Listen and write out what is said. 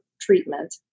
treatment